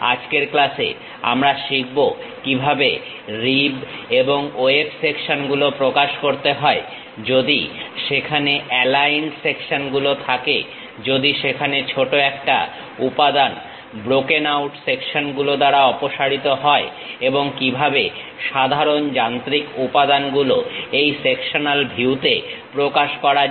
আজকের ক্লাসে আমরা শিখব কিভাবে রিব এবং ওয়েব সেকশনগুলো প্রকাশ করতে হয় যদি সেখানে অ্যালাইন্ড সেকশনগুলো থাকেযদি সেখানে ছোট একটা উপাদান ব্রোকেন আউট সেকশন গুলো দ্বারা অপসারিত হয় এবং কিভাবে সাধারণ যান্ত্রিক উপাদানগুলো এই সেকশনাল ভিউতে প্রকাশ করা যায়